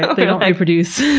ah they don't reproduce.